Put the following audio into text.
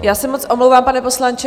Já se moc omlouvám, pane poslanče.